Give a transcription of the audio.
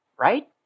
Right